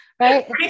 Right